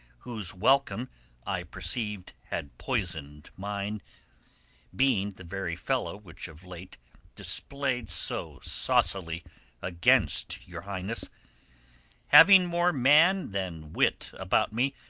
whose welcome i perceiv'd had poison'd mine being the very fellow which of late display'd so saucily against your highness having more man than wit about me,